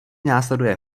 následuje